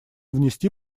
внести